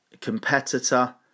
competitor